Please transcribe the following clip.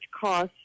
cost